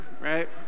right